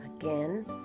again